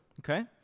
okay